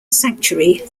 sanctuary